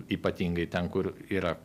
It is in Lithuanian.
ypatingai ten kur yra